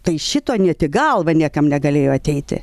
tai šito ne tik į galvą niekam negalėjo ateiti